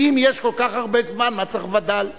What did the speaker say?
אם יש כל כך הרבה זמן, מה צריך וד"ל?